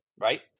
right